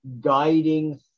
guiding